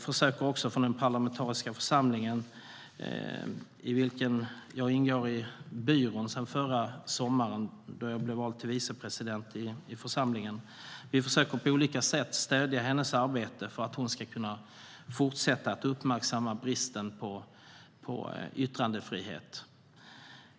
Den parlamentariska församlingen - i vars byrå jag ingår sedan förra sommaren, då jag blev vald till vicepresident - försöker på olika sätt stödja hennes arbete så att hon ska kunna fortsätta uppmärksamma bristen på yttrandefrihet.